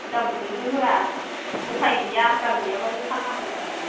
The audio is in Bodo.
दामखौनो होया उफाय गैया दाम गैया बाबो फान्नांगौ जादों